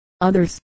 Others